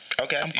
Okay